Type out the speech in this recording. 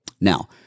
Now